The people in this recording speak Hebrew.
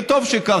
וטוב שכך.